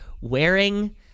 wearing